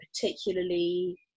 particularly